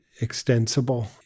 extensible